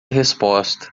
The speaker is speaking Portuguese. resposta